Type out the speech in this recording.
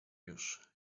już